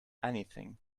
anything